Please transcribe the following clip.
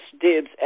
dibs